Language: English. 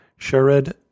Shered